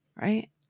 Right